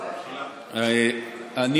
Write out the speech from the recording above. מחילה.